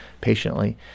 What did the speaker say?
patiently